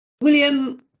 William